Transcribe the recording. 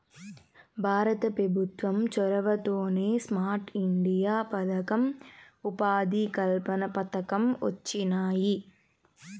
భారత పెభుత్వం చొరవతోనే స్మార్ట్ ఇండియా పదకం, ఉపాధి కల్పన పథకం వొచ్చినాయి